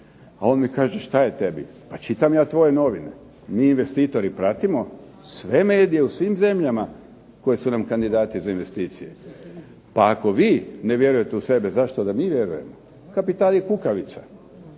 A on mi kaže, šta je tebi, pa čitam ja tvoje novine. Mi investitori pratimo sve medije u svim zemljama koje su nam kandidati za investicije. Pa ako vi ne vjerujete u sebe, zašto da mi vjerujemo. Kapital je kukavica.